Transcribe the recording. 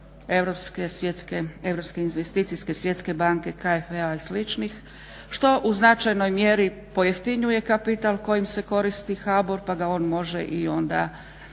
europske svjetske, Europske investicijske svjetske banke, KFV-a i sličnih što u značajnoj mjeri pojeftinjuje kapital kojim se koristi HBOR pa ga on može i onda uz